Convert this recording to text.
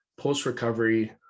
post-recovery